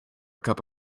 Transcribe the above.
cup